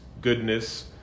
goodness